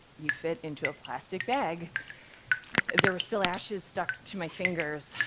you fit into a plastic bag there were still ashes stuck to my fingers.